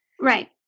right